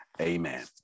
Amen